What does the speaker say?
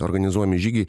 organizuojami žygiai